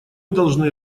должны